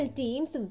team's